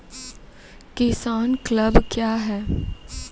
किसान क्लब क्या हैं?